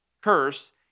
curse